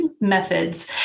methods